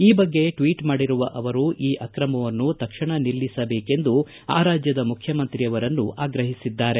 ಈ ಬಗ್ಗೆ ಟ್ವೀಟ್ ಮಾಡಿರುವ ಅವರು ಈ ಅಕ್ರಮವನ್ನು ತಕ್ಷಣ ನಿಲ್ಲಿಸಬೇಕೆಂದು ಆ ರಾಜ್ಯದ ಮುಖ್ಯಮಂತ್ರಿಯವರನ್ನು ಆಗ್ರಹಿಸಿದ್ದಾರೆ